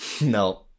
No